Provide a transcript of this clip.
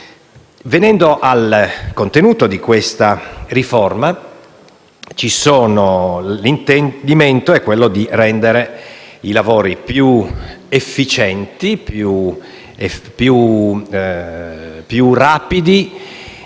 Venendo al contenuto della riforma in esame, l'intendimento è quello di rendere i lavori più efficienti e rapidi